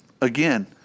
again